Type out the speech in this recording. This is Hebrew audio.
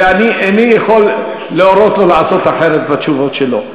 ואני איני יכול להורות לו לעשות אחרת בתשובות שלו.